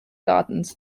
gardens